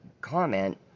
comment